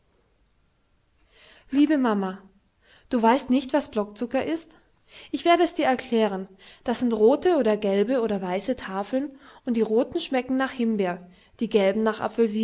liebe mama du weißt nicht was blockzucker ist ich werde es dir erklären das sind rote oder gelbe oder weiße tafeln und die roten schmecken nach himbeer die gelben nach